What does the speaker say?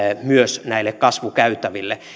myös näille kasvukäytäville